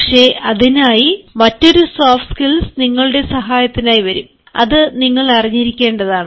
പക്ഷേ അതിനായി മറ്റൊരു സോഫ്റ്റ് സ്കിൽസ് നിങ്ങളുടെ സഹായത്തിനായി വരും അത് നിങ്ങൾ അറിഞ്ഞിരിക്കേണ്ടതാണ്